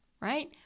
Right